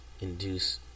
induce